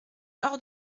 hors